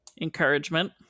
Encouragement